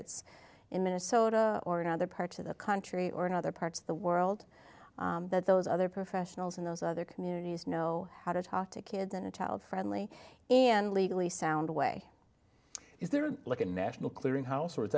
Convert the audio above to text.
it's in minnesota or in other parts of the country or in other parts of the world that those other professionals in those other communities know how to talk to kids in a child friendly and legally sound way is there a look at a national clearing house or